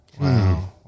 Wow